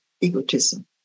egotism